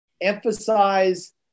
Emphasize